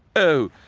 o!